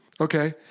Okay